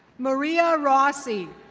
maria rossey.